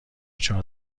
چهار